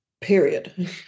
Period